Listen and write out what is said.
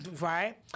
Right